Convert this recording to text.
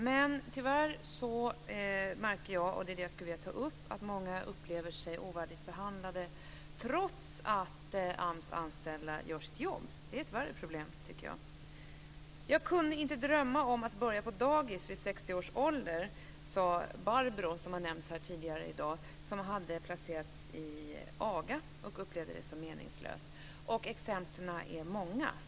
Men tyvärr märker jag, och det är det jag skulle vilja ta upp, att många upplever sig ovärdigt behandlade trots att AMS anställda gör sitt jobb. Det är ett värre problem, tycker jag. Jag kunde inte drömma om att börja på dagis vid 60 års ålder, säger Barbro som har nämnts här tidigare i dag. Hon hade placerats i AGA och upplevde det som meningslöst. Exemplen är många.